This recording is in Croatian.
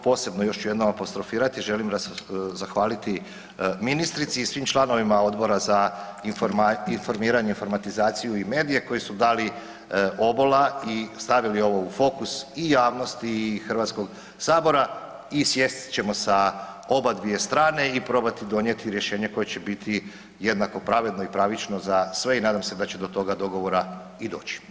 Posebno još ću jednom apostrofirati želim zahvaliti ministrici i svim članovima Odbora za informiranje, informatizaciju i medije koji su dali obola i stavili ovo u fokus i javnosti i Hrvatskog sabora i sjest ćemo sa oba dvije strane i probati donijeti rješenje koje će biti jednako pravedno i pravično za sve i nadam se da će do toga dogovora i doći.